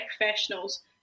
professionals